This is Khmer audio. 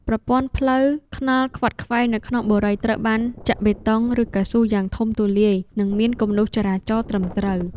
ប្រព័ន្ធផ្លូវថ្នល់ខ្វាត់ខ្វែងនៅក្នុងបុរីត្រូវបានចាក់បេតុងឬកៅស៊ូយ៉ាងធំទូលាយនិងមានគំនូសចរាចរណ៍ត្រឹមត្រូវ។